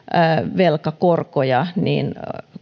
velkakorkoja